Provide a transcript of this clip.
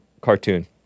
cartoon